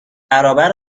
برابر